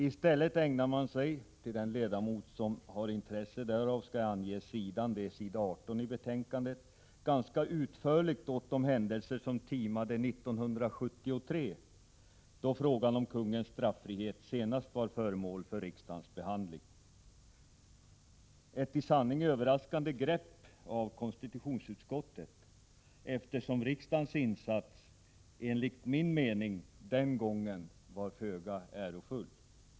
I stället ägnar man sig — för den ledamot som har intresse därav skall jag ange att det står på s. 18 i betänkandet — ganska utförligt åt de händelser som timade 1973, då frågan om konungens straffrihet senast var föremål för riksdagens behandling. Det är ett i sanning överraskande grepp av konstitutionsutskottet, eftersom riksdagens insats enligt min mening den gången var föga ärofull.